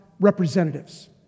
representatives